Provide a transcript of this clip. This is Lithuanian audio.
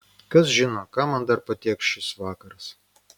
kas žino ką man dar patėkš šis vakaras